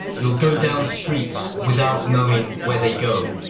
you'll go down streets without knowing where they go.